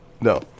No